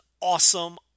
awesome